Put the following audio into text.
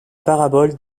parabole